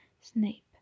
Snape